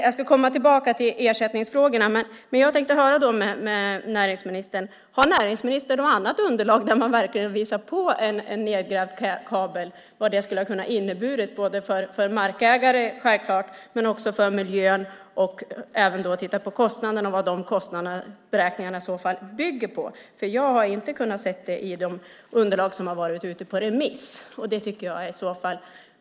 Jag ska komma tillbaka till ersättningsfrågorna, men jag tänkte höra med näringsministern: Har näringsministern något annat underlag där man verkligen visar vad en nedgrävd kabel hade kunnat innebära både för markägare, självklart, och för miljön? Det kunde också gälla att titta på kostnaderna och vad dessa beräknade kostnader i så fall bygger på. Jag har inte kunnat se det i de underlag som har varit ute på remiss.